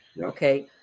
okay